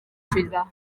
swyddfa